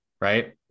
right